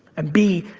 and b,